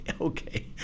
okay